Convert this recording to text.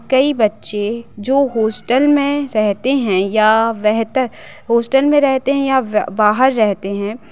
कई बच्चे जो हॉस्टल में रहते हैं या वहत हॉस्टल में रहते हैं या व बाहर रहते हैं